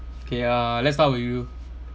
okay uh let's start with you